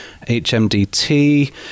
HMDT